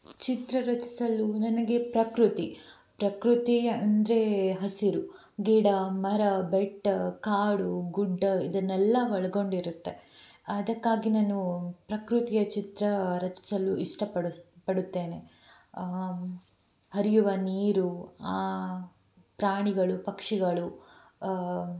ಚಿತ್ರ ರಚಿಸಲು ನನಗೆ ಪ್ರಕೃತಿ ಪ್ರಕೃತಿ ಅಂದರೆ ಹಸಿರು ಗಿಡ ಮರ ಬೆಟ್ಟ ಕಾಡು ಗುಡ್ಡ ಇದನ್ನೆಲ್ಲಾ ಒಳಗೊಂಡಿರುತ್ತೆ ಅದಕ್ಕಾಗಿ ನಾನು ಪ್ರಕೃತಿಯ ಚಿತ್ರ ರಚಿಸಲು ಇಷ್ಟಪಡಿಸ್ ಪಡುತ್ತೇನೆ ಹರಿಯುವ ನೀರು ಆ ಪ್ರಾಣಿಗಳು ಪಕ್ಷಿಗಳು